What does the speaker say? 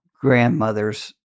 grandmother's